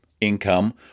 income